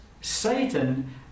Satan